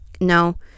No